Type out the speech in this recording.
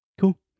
Cool